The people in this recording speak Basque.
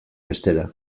bestera